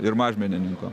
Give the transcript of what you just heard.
ir mažmenininko